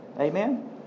Amen